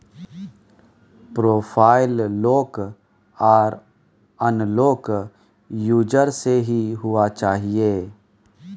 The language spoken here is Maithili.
प्रोफाइल लॉक आर अनलॉक यूजर से ही हुआ चाहिए